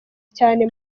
cyane